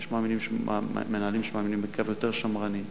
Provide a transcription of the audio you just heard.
ויש מנהלים שמאמינים בקו יותר שמרני.